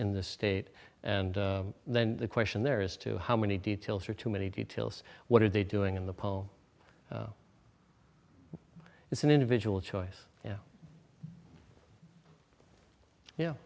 in this state and then the question there is to how many details or too many details what are they doing in the poem it's an individual choice yeah yeah